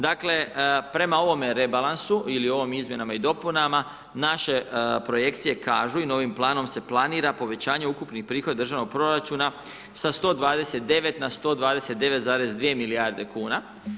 Dakle, prema ovome rebalansu ili ovim izmjenama i dopunama naše projekcije kažu i novim planom se planira povećanje ukupnih prihoda državnog proračuna sa 129 na 129,2 milijarde kuna.